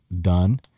done